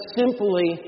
simply